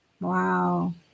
Wow